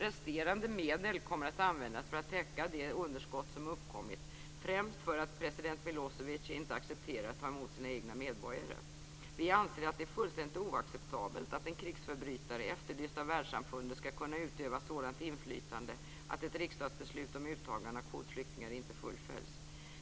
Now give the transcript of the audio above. Resterande medel kommer att användas för att täcka det underskott som uppkommit främst för att president Milosevic inte accepterar att ta emot sina egna medborgare. Vi anser att det är fullständigt oacceptabelt att en krigsförbrytare, efterlyst av världssamfundet, skall kunna utöva ett sådant inflytande att ett riksdagsbeslut om uttagande av kvotflyktingar inte fullföljs.